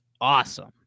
awesome